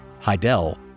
Heidel